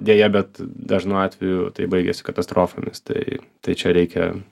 deja bet dažnu atveju tai baigiasi katastrofomis tai tai čia reikia